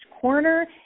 corner